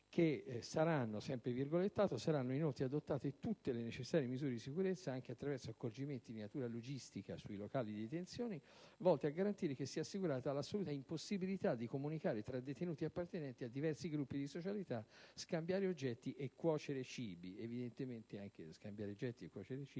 2009 sancisce, altresì, che: «Saranno inoltre adottate tutte le necessarie misure di sicurezza anche attraverso accorgimenti di natura logistica sui locali di detenzione, volte a garantire che sia assicurata la assoluta impossibilità di comunicare tra detenuti appartenenti a diversi gruppi di socialità, scambiare oggetti e cuocere cibi». Evidentemente, anche scambiare oggetti e cuocere cibi